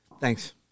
Thanks